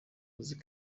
kazi